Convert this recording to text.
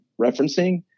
referencing